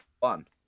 fun